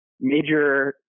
major